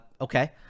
okay